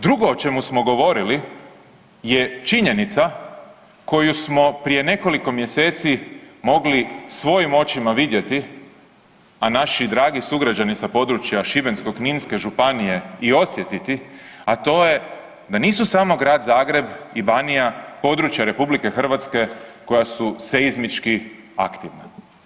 Drugo o čemu smo govorili je činjenica koju smo prije nekoliko mjeseci mogli svojim očima vidjeti, a naši dragi sugrađani sa područja Šibensko-kninske županije i osjetiti, a to je da nisu samo Grad Zagreb i Banija područja RH koja su seizmički aktivna.